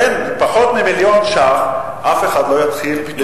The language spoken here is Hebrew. לכן בפחות ממיליון שקל אף אחד לא יתחיל לבנות.